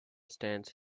stands